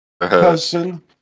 person